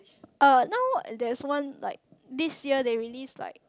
uh now that's one like this year that release like